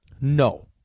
No